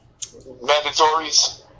Mandatories